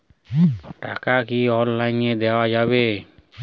টাকা কি অনলাইনে দেওয়া যাবে?